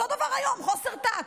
אותו דבר היום, חוסר טקט.